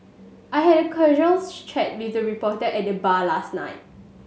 I had a casuals chat with a reporter at the bar last night